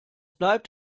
bleibt